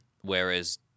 Whereas